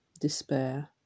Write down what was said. despair